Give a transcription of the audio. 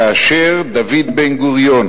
כאשר דוד בן-גוריון